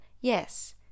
yes